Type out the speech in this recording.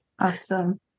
Awesome